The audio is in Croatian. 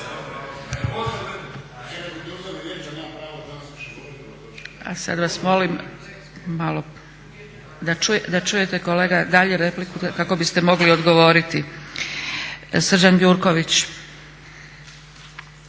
A sad vas molim malo da čujte kolega dalje repliku kako biste mogli odgovoriti. Srđan Gjurković.